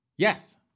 Yes